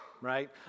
right